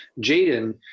Jaden